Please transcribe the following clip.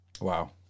Wow